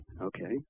okay